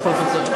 מה אתה אומר?